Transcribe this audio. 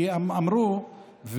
כי אמרו,